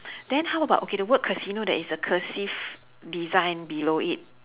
then how about okay the word casino there is a cursive design below it